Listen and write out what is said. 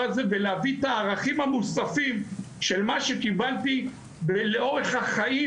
הזה ולהביא את הערכים המוספים של מה שקיבלתי לאורך החיים,